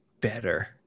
Better